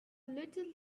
little